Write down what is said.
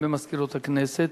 גם במזכירות הכנסת,